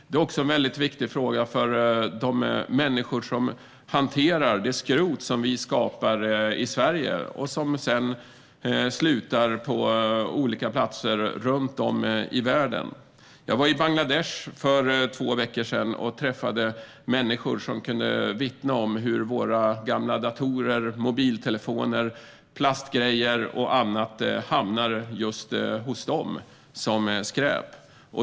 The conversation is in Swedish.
Detta är även en viktig fråga för de människor som hanterar det skrot som vi skapar i Sverige och som sedan hamnar på olika platser runt om i världen. Jag var i Bangladesh för två veckor sedan och träffade människor som kunde vittna om hur våra gamla datorer, mobiltelefoner, plastgrejer och annat hamnar hos dem som skräp.